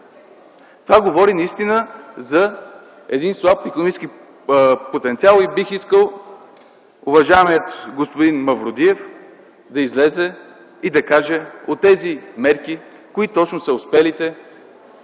Това говори наистина за един слаб икономически потенциал. Бих искал уважаемият господин Мавродиев да излезе и да каже от тези мерки кои точно са успелите,